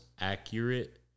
accurate